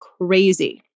crazy